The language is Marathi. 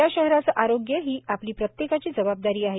या शहराचे आरोग्य ही आपली प्रत्येकाची जबाबदारी आहे